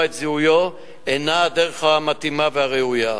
את זיהויו אינו הדרך המתאימה והראויה.